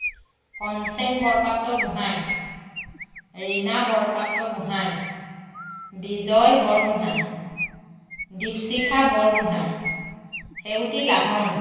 Konseng Borpatragohain Rina Borpatragohain Bijoy Borgohain Dipshikha Borgohain Seuti Lahon